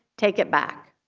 take it back.